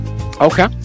Okay